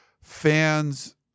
fans